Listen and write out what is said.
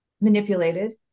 manipulated